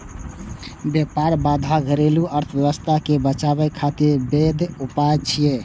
व्यापार बाधा घरेलू अर्थव्यवस्था कें बचाबै खातिर वैध उपाय छियै